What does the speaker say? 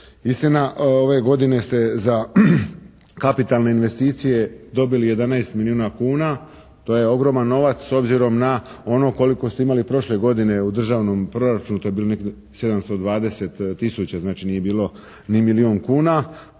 Istina ove godine ste za kapitalne investicije dobili 11 milijuna kuna, to je ogroman novac s obzirom na ono koliko ste imali prošle godine u državnom proračunu, to je bilo negdje 720 tisuća, znači nije bilo ni milijun kuna,